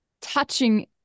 touching